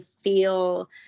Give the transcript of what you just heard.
feel